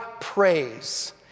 praise